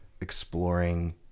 exploring